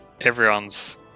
everyone's